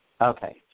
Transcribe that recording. Okay